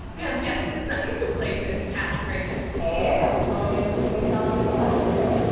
we have jessica sutton who plays miss tally craven. hey. i'm calling in from cape town, south africa.